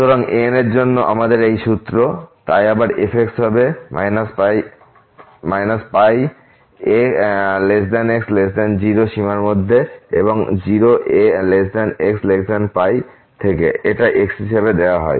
সুতরাং an এর জন্য আমাদের এই সূত্র 1 πfxcos nx dx তাই আবার f হবে π πx0 সীমার মধ্যে এবং 0xπ থেকে এটা x হিসাবে দেওয়া হয়